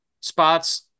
spots